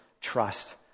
trust